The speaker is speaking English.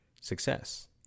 success